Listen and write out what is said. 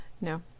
No